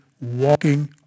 walking